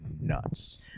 nuts